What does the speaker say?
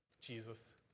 Jesus